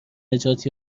نجات